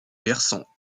versant